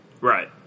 Right